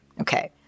Okay